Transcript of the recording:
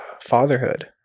Fatherhood